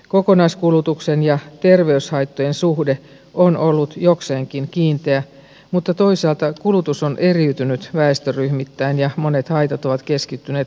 kokonaiskulutuksen ja terveyshaittojen suhde on ollut jokseenkin kiinteä mutta toisaalta kulutus on eriytynyt väestöryhmittäin ja monet haitat ovat keskittyneet suurkuluttajaryhmään